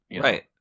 Right